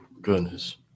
goodness